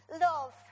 Love